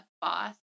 boss